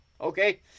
okay